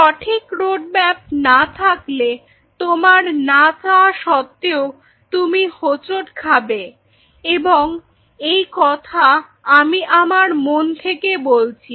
সঠিক রোডম্যাপ না থাকলে তোমার না চাওয়া সত্বেও তুমি হোঁচট খাবে এবং এই কথা আমি আমার মন থেকে বলছি